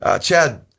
Chad